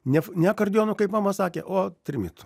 ne ne akordeonu kaip mama sakė o trimitu